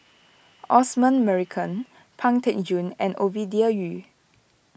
Osman Merican Pang Teck Joon and Ovidia Yu